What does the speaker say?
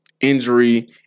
Injury